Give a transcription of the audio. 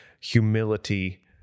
humility